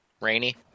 Rainy